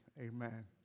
Amen